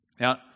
Now